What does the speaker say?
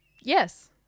Yes